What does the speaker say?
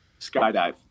Skydive